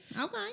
Okay